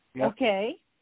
Okay